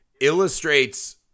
illustrates